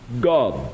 God